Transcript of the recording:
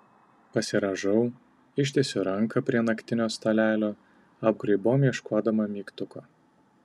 pasirąžau ištiesiu ranką prie naktinio stalelio apgraibom ieškodama mygtuko